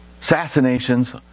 assassinations